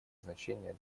значение